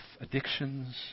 addictions